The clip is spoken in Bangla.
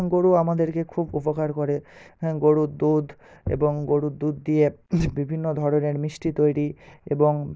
গরু আমাদেরকে খুব উপকার করে গরুর দুধ এবং গরুর দুধ দিয়ে বিভিন্ন ধরনের মিষ্টি তৈরি এবং